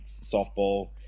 softball